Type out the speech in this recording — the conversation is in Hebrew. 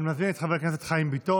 אני מזמין את חבר הכנסת חיים ביטון